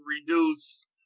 reduce